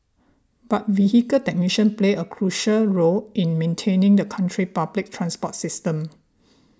but vehicle technicians play a crucial role in maintaining the country public transport system